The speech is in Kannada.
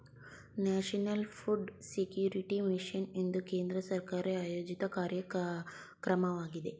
ನ್ಯಾಷನಲ್ ಫುಡ್ ಸೆಕ್ಯೂರಿಟಿ ಮಿಷನ್ ಇದು ಕೇಂದ್ರ ಸರ್ಕಾರ ಆಯೋಜಿತ ಕಾರ್ಯಕ್ರಮವಾಗಿದೆ